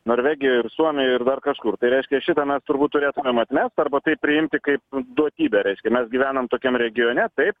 norvegijoj ir suomijoj ir dar kažkur tai reiškia šitą mes turbūt turėtumėm atmest arba tai priimti kaip duotybę reiškia mes gyvenam tokiam regione taip